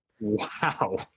Wow